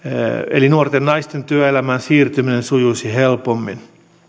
eli nuorten naisten työelämään siirtyminen sujuisi helpommin